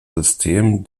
system